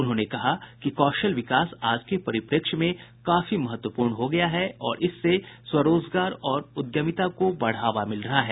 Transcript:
उन्होंने कहा कि कौशल विकास आज के परिप्रेक्ष्य में काफी महत्वपूर्ण हो गया है और इससे स्वरोजगार और उद्यमिता को बढ़ावा मिल रहा है